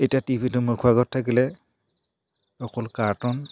এতিয়া টিভিটো মুখৰ আগত থাকিলে অকল কাৰ্টুন